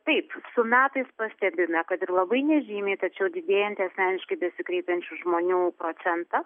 taip su metais pastebime kad ir labai nežymiai tačiau didėjantį asmeniškai besikreipiančių žmonių procentą